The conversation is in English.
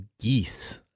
geese